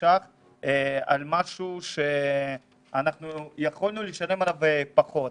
ש"ח על משהו שיכולנו לשלם עליו פחות.